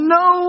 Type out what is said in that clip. no